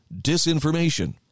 disinformation